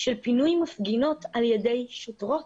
של פינוי מפגינות על ידי שוטרות.